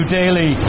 daily